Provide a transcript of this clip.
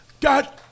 God